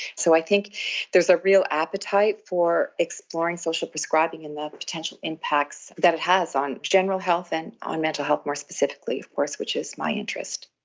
so i think there's a real appetite for exploring social prescribing and the potential impacts that it has on general health and on mental health more specifically, of course, which is my interest.